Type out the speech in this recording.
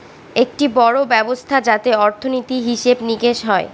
একটি বড়ো ব্যবস্থা যাতে অর্থনীতি, হিসেব নিকেশ হয়